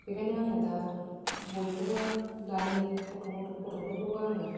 बेखायनो आङो दा बयखौबो दानि गथ' गथ' गथ'फोरखौबो आङो